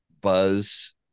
buzz